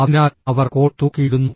അതിനാൽ അവർ കോൾ തൂക്കിയിടുന്നു